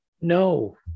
no